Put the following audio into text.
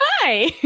hi